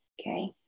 Okay